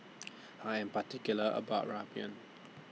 I Am particular about Ramyeon